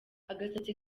agasatsi